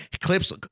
Clips